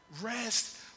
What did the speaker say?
Rest